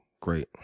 great